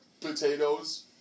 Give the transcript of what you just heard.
potatoes